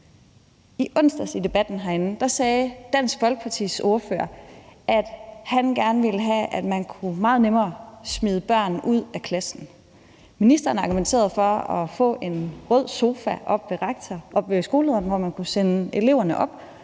I onsdags i debatten herinde sagde Dansk Folkepartis ordfører, at han gerne ville have, at man meget nemmere kunne smide børn ud af klassen. Ministeren argumenterede for at få en rød sofa oppe ved skolelederen, som man kunne sende eleverne op